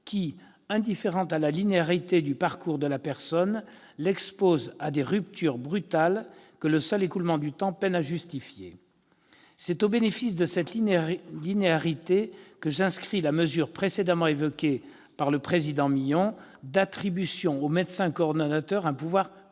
qui, indifférente à la linéarité du parcours de la personne, l'expose à des ruptures brutales que le seul écoulement du temps peine à justifier. C'est au bénéfice de cette linéarité que j'inscris la mesure précédemment évoquée par le président Milon d'attribuer au médecin coordonnateur un pouvoir prescripteur.